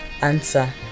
answer